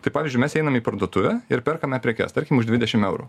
tai pavyzdžiui mes einam į parduotuvę ir perkame prekes tarkim už dvidešim eurų